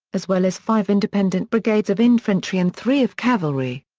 as well as five independent brigades of infantry and three of cavalry.